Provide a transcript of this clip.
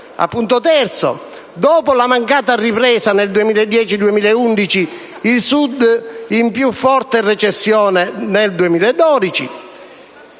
3: «Dopo la mancata ripresa nel 2010-2011, il Sud in più forte recessione nel 2012».